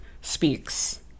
speaks